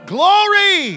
Glory